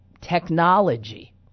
technology